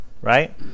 right